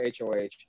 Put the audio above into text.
HOH